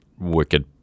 Wicked